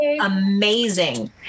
amazing